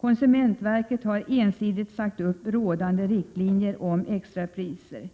Konsumentverket har ensidigt sagt upp rådande riktlinjer om extrapriser.